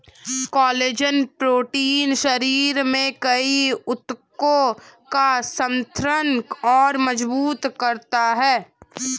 collagen protein शरीर में कई ऊतकों का समर्थन और मजबूत करता है